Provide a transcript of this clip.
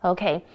Okay